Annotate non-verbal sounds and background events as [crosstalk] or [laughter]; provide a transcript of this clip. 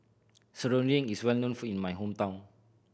Serunding is well known [unintelligible] in my hometown